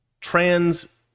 Trans